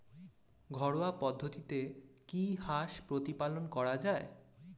ঘরোয়া পদ্ধতিতে কি হাঁস প্রতিপালন করা যায়?